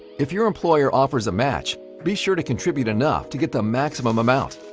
if your employer offers a match, be sure to contribute enough to get the maximum amount.